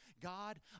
God